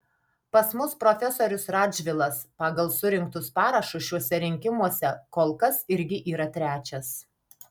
pas mus profesorius radžvilas pagal surinktus parašus šiuose rinkimuose kol kas irgi yra trečias